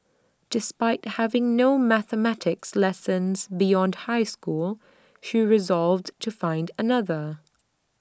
despite having no mathematics lessons beyond high school she resolved to find another